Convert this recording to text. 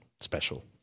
special